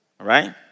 right